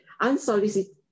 Unsolicited